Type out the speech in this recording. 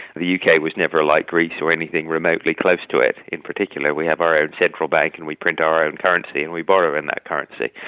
the uk was never like greece or anything remotely close to it. in particular we have our own central bank and we print our own currency and we borrow in that currency,